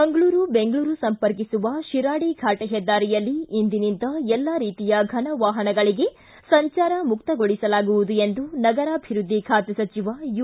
ಮಂಗಳೂರು ಬೆಂಗಳೂರು ಸಂಪರ್ಕಿಸುವ ಶಿರಾಡಿ ಫಾಟ ಹೆದ್ದಾರಿಯಲ್ಲಿ ಇಂದಿನಿಂದ ಎಲ್ಲಾ ರೀತಿಯ ಫನ ವಾಹನಗಳಿಗೆ ಸಂಚಾರ ಮುಕ್ತಗೊಳಿಸಲಾಗುವುದು ಎಂದು ನಗರಾಭಿವೃದ್ಧಿ ಖಾತೆ ಸಚಿವ ಯು